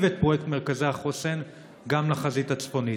את פרויקט מרכזי החוסן גם לחזית הצפונית?